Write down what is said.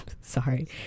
sorry